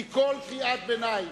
כי כל קריאת ביניים,